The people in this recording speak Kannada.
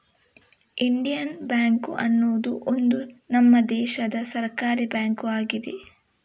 ಇಂಡಿಯನ್ ಬ್ಯಾಂಕು ಅನ್ನುದು ಒಂದು ನಮ್ಮ ದೇಶದ ಸರ್ಕಾರೀ ಬ್ಯಾಂಕು ಆಗಿದೆ